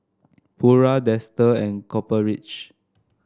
Pura Dester and Copper Ridge